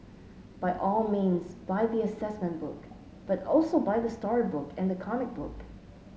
by all means buy the assessment book but also buy the storybook and the comic book